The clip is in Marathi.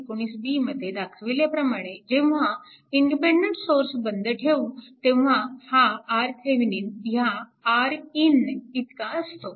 19 b मध्ये दाखवल्याप्रमाणे जेव्हा इंडिपेन्डन्ट सोर्स बंद ठेवू तेव्हा हा RThevenin ह्या Rin इतका असतो